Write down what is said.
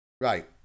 right